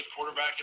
Quarterback